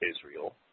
Israel